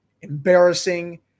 embarrassing